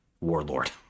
Warlord